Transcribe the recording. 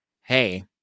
Hey